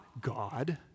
God